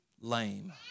lame